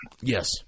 Yes